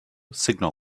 signal